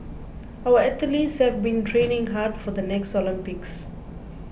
our athletes have been training hard for the next Olympics